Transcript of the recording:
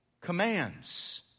commands